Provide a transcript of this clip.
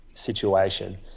situation